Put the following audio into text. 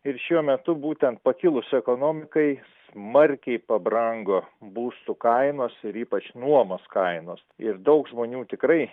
ir šiuo metu būtent pakilus ekonomikai smarkiai pabrango būstų kainos ir ypač nuomos kainos ir daug žmonių tikrai